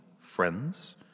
friends